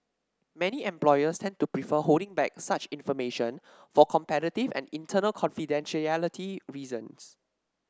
many employers tend to prefer holding back such information for competitive and internal confidentiality reasons